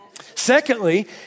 Secondly